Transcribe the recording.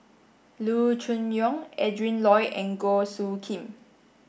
Loo Choon Yong Adrin Loi and Goh Soo Khim